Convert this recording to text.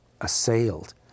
assailed